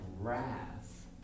wrath